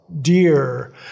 Dear